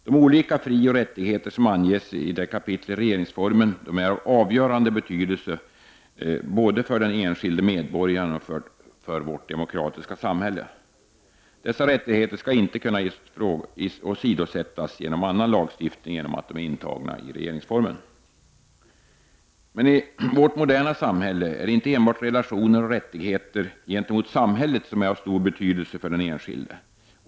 De olika frioch rättigheter som anges i detta kapitel i regeringsformen är av avgörande betydelse både för den enskilde medborgaren och för vårt demokratiska samhälle. Dessa rättigheter skall inte kunna åsidosättas genom annan lagstiftning i och med att de är intagna i regeringsformen. I vårt moderna samhälle är det emellertid inte enbart relationer till och rättigheter gentemot samhället som är av stor betydelse för den enskilde.